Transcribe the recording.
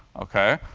ok?